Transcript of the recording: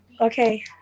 Okay